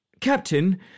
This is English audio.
Captain